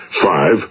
Five